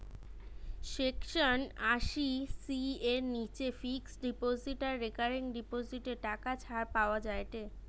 section আশি C এর নিচে ফিক্সড ডিপোজিট আর রেকারিং ডিপোজিটে টাকা ছাড় পাওয়া যায়েটে